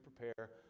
prepare